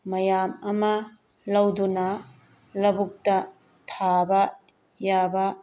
ꯃꯌꯥꯝ ꯑꯃ ꯂꯧꯗꯨꯅ ꯂꯧꯕꯨꯛꯇ ꯊꯥꯕ ꯌꯥꯕ